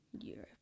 Europe